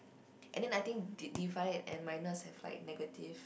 and then I think they divided and minus have like negative